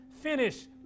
finish